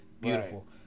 Beautiful